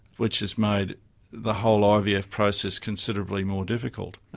which has made the whole ivf process considerably more difficult.